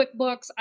QuickBooks